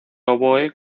oboe